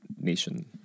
nation